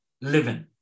living